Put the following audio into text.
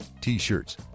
t-shirts